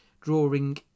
drawing